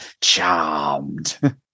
Charmed